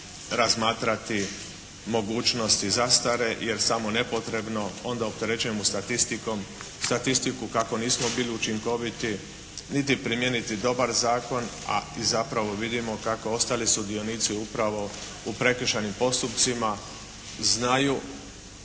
razmatrati mogućnosti zastare, jer samo nepotrebno onda opterećujemo statistiku kako nismo bili učinkoviti niti primijeniti dobar zakona, a zapravo vidimo kako ostali sudionici upravo u prekršajnim postupcima znaju